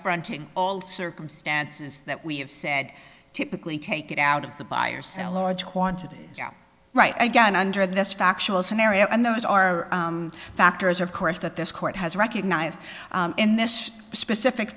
fronting all circumstances that we have said typically take it out of the buyers and large quantities right again under this factual scenario and those are factors of course that this court has recognized in this specific